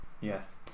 Yes